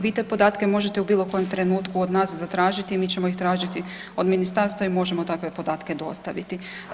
Vi te podatke možete u bilo kojem trenutku od nas zatražiti i mi ćemo ih tražiti od ministarstva i možemo takve podatke dostaviti.